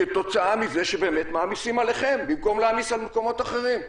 כתוצאה מזה שמעמיסים עליכם במקום להעמיס על מקומות אחרים.